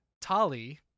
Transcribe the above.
Tali